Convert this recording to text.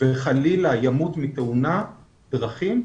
וחלילה ימות מתאונת דרכים,